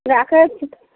राखैत छियै तऽ